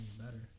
better